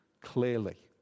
clearly